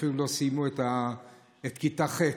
שאפילו לא סיימו את כיתה ח'.